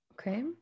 okay